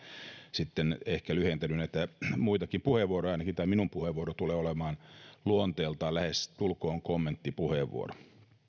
sitten ehkä lyhentänyt näitä muitakin puheenvuoroja ainakin tämä minun puheenvuoroni tulee olemaan luonteeltaan lähestulkoon kommenttipuheenvuoro